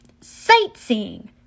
Sightseeing